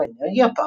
שר האנרגיה,